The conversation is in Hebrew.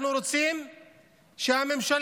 אנחנו רוצים שהממשלה,